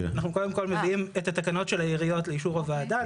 אנחנו קודם כל מביאים את התקנות של העיריות לאישור הוועדה.